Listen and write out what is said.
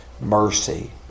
mercy